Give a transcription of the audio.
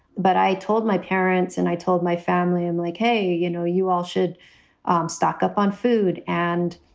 but i told my parents and i told my family, i'm like, hey, you know, you all should um stock up on food and,